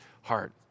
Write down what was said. heart